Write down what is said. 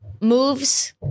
moves